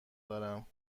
دارم